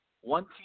one